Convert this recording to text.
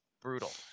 brutal